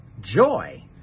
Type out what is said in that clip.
Joy